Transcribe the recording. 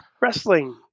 wrestling